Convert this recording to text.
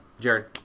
Jared